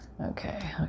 Okay